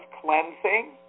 cleansing